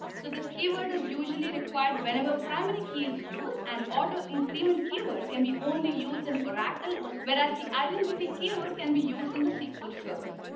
so this keyword is usually required whenever primary key is used and auto increment keyword can be only used in oracle. whereas the identity keyword can be used in the sql server.